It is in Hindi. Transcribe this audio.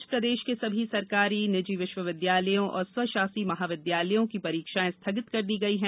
इस बीच प्रदेश के सभी सरकारी निजी विश्वविद्यालयों और स्वशासी महाविद्यालयों की परीक्षाएं स्थगित कर दी गई है